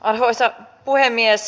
arvoisa puhemies